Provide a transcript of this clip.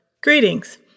Greetings